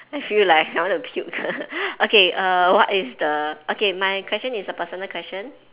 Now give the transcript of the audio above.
I feel like I want to puke okay err what is the okay my question is a personal question